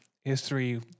history